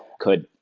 could,